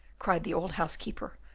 cried the old housekeeper,